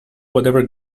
whatever